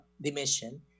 dimension